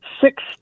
six